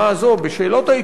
בשאלות העיקרון,